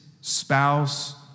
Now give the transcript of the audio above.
spouse